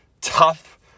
tough